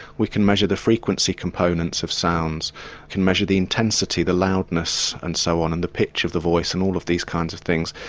we can measure the frequency components of sounds, we can measure the intensity, the loudness and so on, and the pitch of the voice and all of these kinds of things.